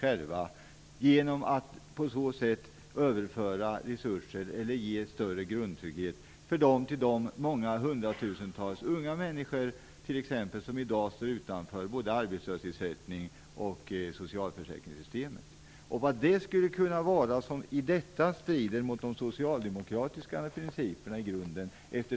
På så sätt kan vi överföra resurser och ge större grundtrygghet till de många hundratusentals - bland dem många unga - människor som i dag står utanför såväl arbetslöshetsersättnings som socialförsäkringssystemet. Jag har svårt att förstå vad det kan vara i detta system som strider mot de socialdemokratiska principerna i grunden.